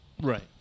right